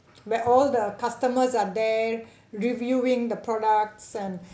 where all the customers are there reviewing the products and